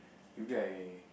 maybe I